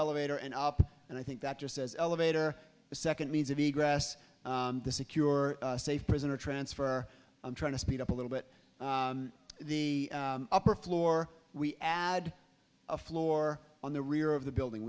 elevator and up and i think that just says elevator a second means of grass the secure safe prisoner transfer i'm trying to speed up a little bit the upper floor we add a floor on the rear of the building